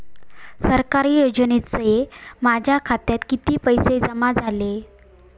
सरकारी योजनेचे माझ्या खात्यात किती पैसे जमा झाले?